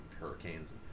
hurricanes